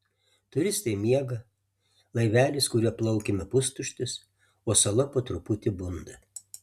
turistai miega laivelis kuriuo plaukėme pustuštis o sala po truputį bunda